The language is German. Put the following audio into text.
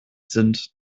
sind